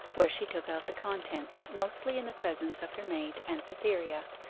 where she took out the contents, mostly in the presence of her maid and cytherea,